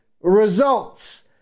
results